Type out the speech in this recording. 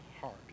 heart